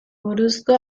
buruzko